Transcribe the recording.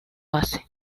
hace